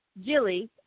Jilly